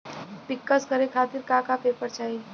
पिक्कस करे खातिर का का पेपर चाही?